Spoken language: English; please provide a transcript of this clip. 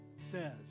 says